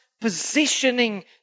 positioning